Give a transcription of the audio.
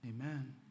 amen